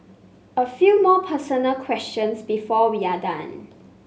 a few more personal questions before we are done